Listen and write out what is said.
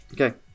Okay